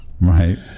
Right